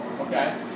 Okay